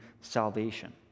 salvation